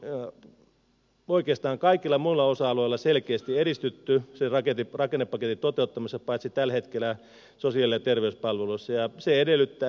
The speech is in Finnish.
siellä on oikeastaan kaikilla muilla osa alueilla selkeästi edistytty sen rakennepaketin toteuttamisessa paitsi tällä hetkellä sosiaali ja terveyspalveluissa